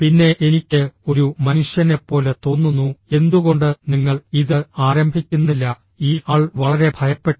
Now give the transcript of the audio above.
പിന്നെ എനിക്ക് ഒരു മനുഷ്യനെപ്പോലെ തോന്നുന്നു എന്തുകൊണ്ട് നിങ്ങൾ ഇത് ആരംഭിക്കുന്നില്ല ഈ ആൾ വളരെ ഭയപ്പെട്ടു